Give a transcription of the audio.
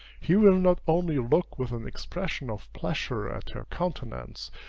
he will not only look with an expression of pleasure at her countenance,